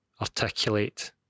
articulate